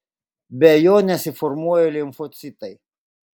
be jo nesiformuoja limfocitai